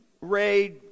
Ray